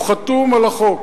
הוא חתום על החוק.